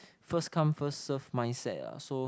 first come first serve mindset ah so